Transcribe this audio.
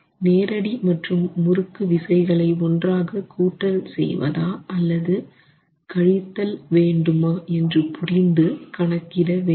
நேரடி மற்றும் முறுக்கு விசைகளை ஒன்றாக கூட்டல் செய்வதா அல்லது கழித்தல் வேண்டுமா என்று புரிந்து கணக்கிட வேண்டும்